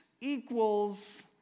equals